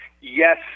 yes